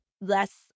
less